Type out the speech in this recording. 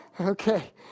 Okay